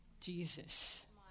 Jesus